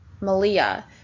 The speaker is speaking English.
Malia